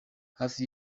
hafi